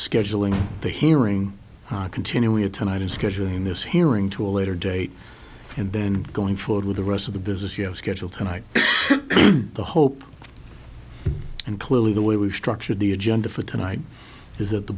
scheduling the hearing continuing it tonight and scheduling this hearing to a later date and then going forward with the rest of the business you have schedule tonight the hope and clearly the way we've structured the agenda for tonight is that the